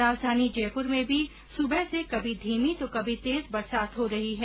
राजधानी जयपूर में भी सुबह से कभी धीमी तो कभी तेज बरसात हो रही है